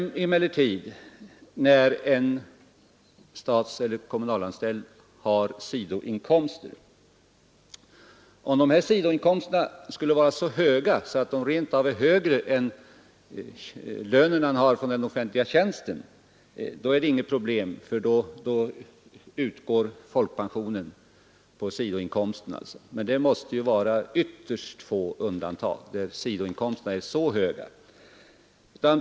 Problemen uppstår när en statseller kommunalanställd har sidoinkomster. Om dessa inkomster är högre än lönen i den offentliga tjänsten, är det inget problem, ty då utgår ATP-pension på sidoinkomsterna. Men det måste vara i ytterst få undantagsfall som sidoinkomsterna är så höga.